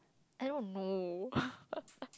I don't know